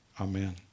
amen